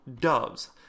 doves